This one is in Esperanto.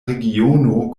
regiono